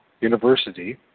University